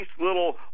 little